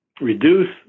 reduce